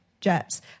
jets